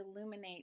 illuminate